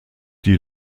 die